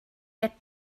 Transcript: get